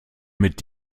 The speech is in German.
mit